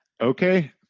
Okay